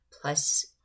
plus